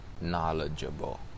knowledgeable